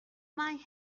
might